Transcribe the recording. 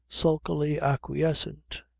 sulkily acquiescent.